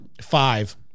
Five